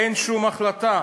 אין שום החלטה.